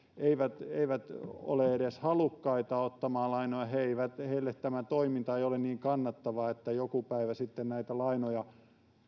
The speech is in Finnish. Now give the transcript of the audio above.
eivät eivät ole edes halukkaita ottamaan lainaa heille tämä toiminta ei ole niin kannattavaa että joku päivä sitten näitä lainoja